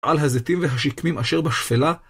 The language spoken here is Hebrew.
על הזיתים והשיקמים אשר בשפלה.